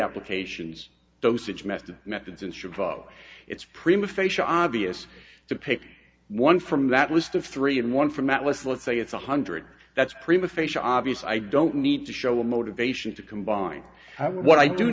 applications dosage method methods and survived it's prima facia obvious to pick one from that list of three and one from that list let's say it's one hundred that's prima facia obvious i don't need to show a motivation to combine what i do